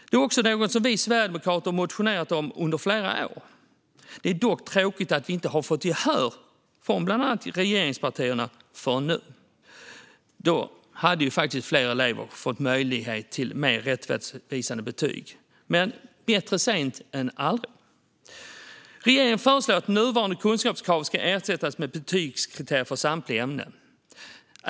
Det är också något som vi sverigedemokrater har motionerat om under flera år. Det är dock tråkigt att vi inte har fått gehör från bland annat regeringspartierna förrän nu, för då skulle fler elever ha fått möjlighet till mer rättvisande betyg. Men bättre sent än aldrig. Regeringen föreslår att nuvarande kunskapskrav ska ersättas med betygskriterier för samtliga ämnen.